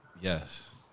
Yes